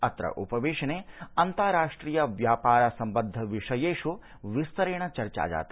अन्त्र उपवेशने अन्तार्राष्ट्रिय व्यापार संबद्ध विषयेषु विस्तरेण चर्चा जाता